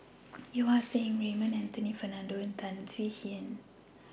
Yeo Ah Seng Raymond Anthony Fernando and Tan Swie Hian